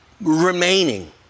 remaining